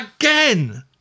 again